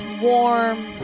warm